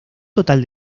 total